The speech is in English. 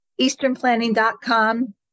easternplanning.com